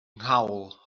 nghawl